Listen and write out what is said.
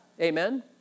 Amen